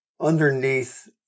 underneath